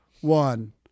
One